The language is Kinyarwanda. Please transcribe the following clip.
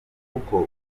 kuko